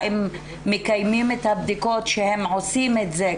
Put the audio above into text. האם מקיימים את הבדיקות שעושים את זה,